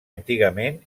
antigament